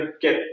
get